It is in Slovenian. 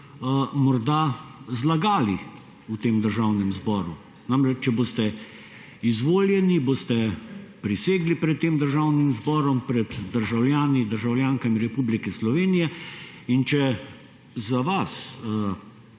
morda zlagali v tem Državnem zboru, namreč če boste izvoljeni, boste prisegli pred tem Državnim zborom, pred državljankami in državljani Republike Slovenije in če za vas